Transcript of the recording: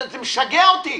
זה משגע אותי.